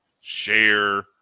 share